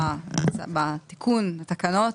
בתיקון תקנות.